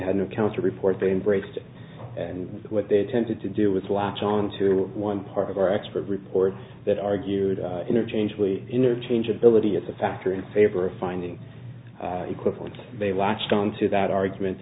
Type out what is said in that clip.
had no counter report they embraced and what they tended to do with latch onto one part of our expert reports that argued interchangeably interchangeability as a factor in favor of finding equivalent they latched onto that argument